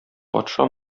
патша